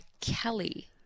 Kelly